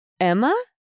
Emma